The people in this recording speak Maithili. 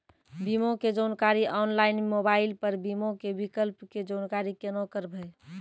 बीमा के जानकारी ऑनलाइन मोबाइल पर बीमा के विकल्प के जानकारी केना करभै?